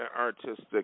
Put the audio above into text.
artistic